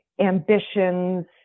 ambitions